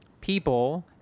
people